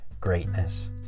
greatness